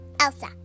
Elsa